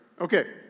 Okay